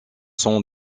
sont